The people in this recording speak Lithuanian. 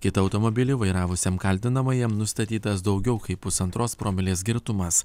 kitą automobilį vairavusiam kaltinamajam nustatytas daugiau kaip pusantros promilės girtumas